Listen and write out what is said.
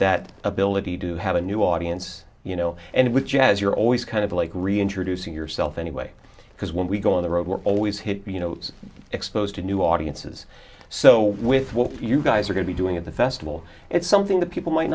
that ability to have a new audience you know and with jazz you're always kind of like reintroducing yourself anyway because when we go on the road we're always hit you know exposed to new audiences so with what you guys are going to be doing at the festival it's something that people might